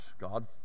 God